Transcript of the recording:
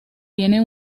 tiene